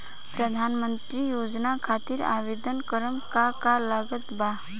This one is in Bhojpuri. प्रधानमंत्री योजना खातिर आवेदन करम का का लागत बा?